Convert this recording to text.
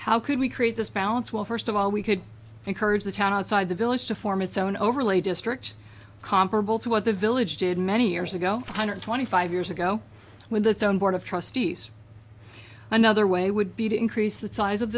how could we create this balance well first of all we could encourage the town outside the village to form its own overlay district comparable to what the village did many years ago hundred twenty five years ago with its own board of trustees another way would be to increase the size of